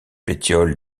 pétiole